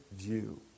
view